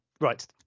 Right